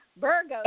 Virgo